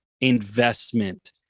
investment